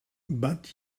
but